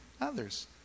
others